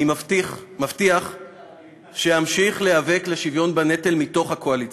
אני מבטיח שאמשיך להיאבק לשוויון בנטל מתוך הקואליציה.